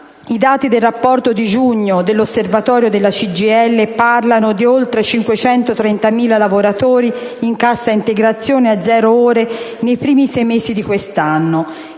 I dati del rapporto di giugno dell'osservatorio della CGIL parlano di oltre 530.000 lavoratori in cassa integrazione a zero ore nei primi sei mesi di quest' anno,